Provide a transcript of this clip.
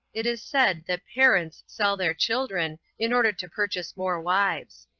it is said, that parents sell their children in order to purchase more wives.